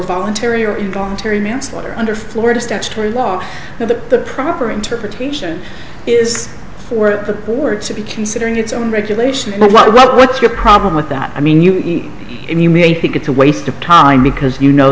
voluntary or involuntary manslaughter under florida statute or walk to the proper interpretation is for the board to be considering its own regulation what's your problem with that i mean you eat and you may think it's a waste of time because you know